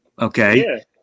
okay